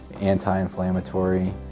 anti-inflammatory